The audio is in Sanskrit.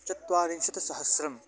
चत्वारिंशत् सहस्रं